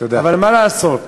אבל מה לעשות,